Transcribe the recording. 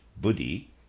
buddhi